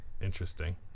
Interesting